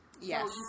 Yes